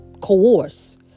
coerce